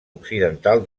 occidental